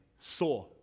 saw